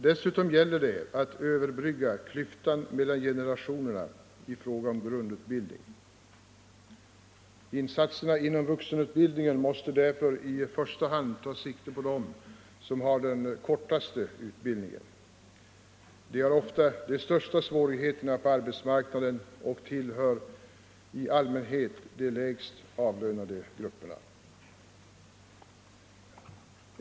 Dessutom gäller det att överbrygga klyftan mellan generationerna i fråga om grundutbildning. Insatserna inom vuxenutbildningen måste därför i första hand ta sikte på dem som har den kortaste utbildningen. Dessa har ofta de största svårigheterna på arbetsmarknaden och tillhör i allmänhet de lägst avlönade grupperna.